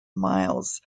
miles